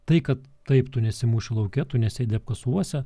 tai kad taip tu nesi mūšio lauke tu nesėdi apkasuose